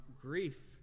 grief